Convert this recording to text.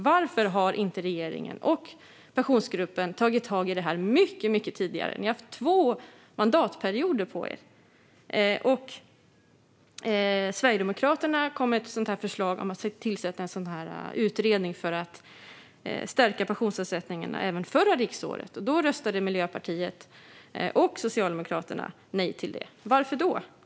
Varför har inte regeringen och Pensionsgruppen tagit tag i det här mycket tidigare? Ni har haft två mandatperioder på er. Sverigedemokraterna kom med ett förslag om att tillsätta en utredning för att stärka pensionsavsättningarna även förra riksdagsåret. Då röstade Miljöpartiet och Socialdemokraterna nej till det. Varför?